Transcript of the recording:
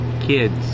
kids